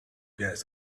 gas